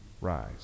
rise